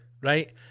right